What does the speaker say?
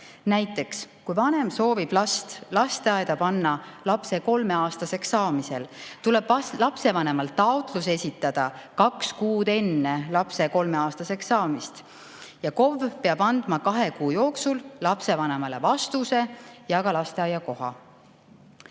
Näiteks kui vanem soovib last lasteaeda panna lapse kolmeaastaseks saamisel, tuleb lapsevanemal taotlus esitada kaks kuud enne lapse kolmeaastaseks saamist ja KOV peab andma kahe kuu jooksul lapsevanemale vastuse ja ka lasteaiakoha.